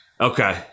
Okay